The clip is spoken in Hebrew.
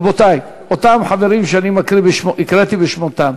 אדוני, אדוני, אתה רוצה שאני אקרא אותך לסדר?